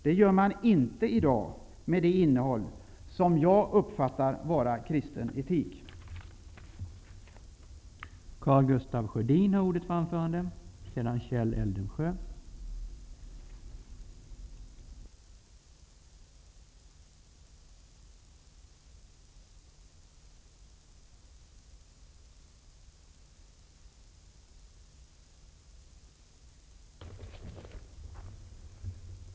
Det gör man inte i dag med det innehåll som jag uppfattar att begreppet kristen etik har.